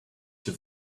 your